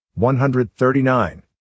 139